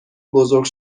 بزرگ